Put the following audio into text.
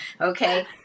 okay